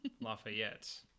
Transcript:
Lafayette